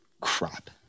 crap